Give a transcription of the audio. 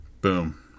Boom